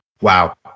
Wow